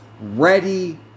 ready